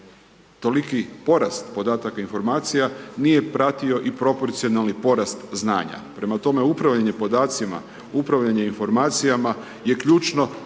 toliki porast podataka informacija nije pratio i proporcionalni porast znanja. Prema tome, upravljanje podacima, upravljanje informacijama je ključno